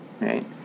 right